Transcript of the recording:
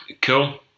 Cool